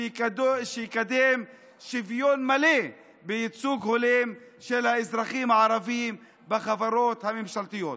שיקדם שוויון מלא וייצוג הולם של אזרחים ערבים בחברות הממשלתיות.